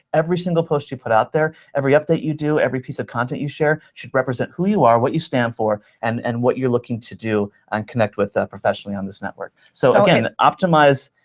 every single post you put out there, every update you do, every piece of content you share should represent who you are, what you stand for, and and what you're looking to do and connect with professionally on this network. so again, optimize.